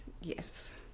Yes